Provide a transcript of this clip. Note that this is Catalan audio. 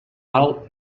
val